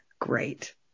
great